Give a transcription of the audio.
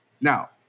Now